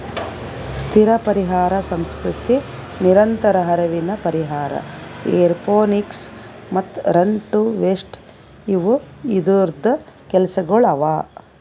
ಸ್ಥಿರ ಪರಿಹಾರ ಸಂಸ್ಕೃತಿ, ನಿರಂತರ ಹರಿವಿನ ಪರಿಹಾರ, ಏರೋಪೋನಿಕ್ಸ್ ಮತ್ತ ರನ್ ಟು ವೇಸ್ಟ್ ಇವು ಇದೂರ್ದು ಕೆಲಸಗೊಳ್ ಅವಾ